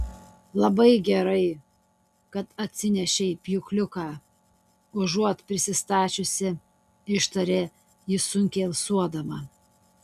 labai gerai kad atsinešei pjūkliuką užuot prisistačiusi ištarė ji sunkiai alsuodama